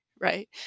Right